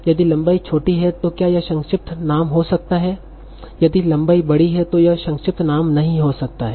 यदि लंबाई छोटी है तो क्या यह संक्षिप्त नाम हो सकता है यदि लंबाई बड़ी है तो यह संक्षिप्त नाम नहीं हो सकता है